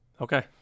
Okay